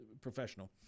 professional